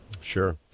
Sure